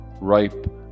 ripe